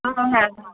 হ্যাঁ হ্যাঁ হ্যাঁ